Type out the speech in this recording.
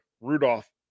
Rudolph